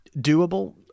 doable